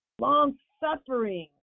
long-suffering